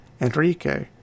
Enrique